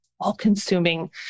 all-consuming